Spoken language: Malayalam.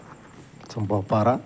ചെമ്പോപ്പാറ